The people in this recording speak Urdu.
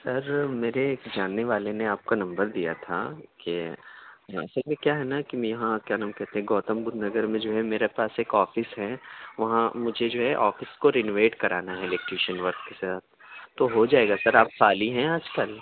سر میرے ایک جاننے والے نے آپ کا نمبر دیا تھا کہ سر کیا ہے نا کہ میں یہاں کیا نام کہتے ہیں گوتم بدھ نگر میں جو ہے میرے پاس ایک آفس ہے وہاں مجھے جو ہے آفس کو رینوویٹ کرانا ہے الیکٹیشین ورک کے ساتھ تو ہو جائے گا سر آپ خالی ہیں آجکل